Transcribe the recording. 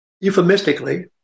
euphemistically